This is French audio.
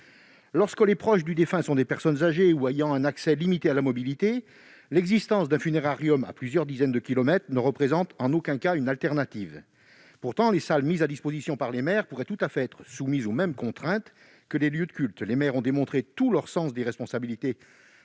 lorsque les proches du défunt sont des personnes âgées ou ayant un accès limité à la mobilité, l'existence d'un funérarium à plusieurs dizaines de kilomètres ne représente en aucun cas une solution. Pourtant, les salles mises à disposition par les mairies pourraient tout à fait être soumises aux mêmes contraintes que les lieux de culte. Les maires ont démontré tout leur sens des responsabilités